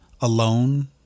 alone